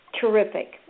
Terrific